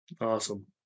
Awesome